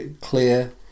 clear